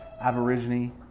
Aborigine